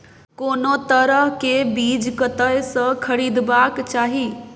कोनो तरह के बीज कतय स खरीदबाक चाही?